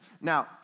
Now